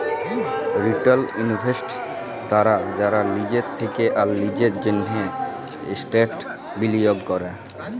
retail investors তারা যারা লিজের থেক্যে আর লিজের জন্হে এসেটস বিলিয়গ ক্যরে